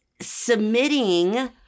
submitting